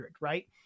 right